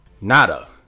nada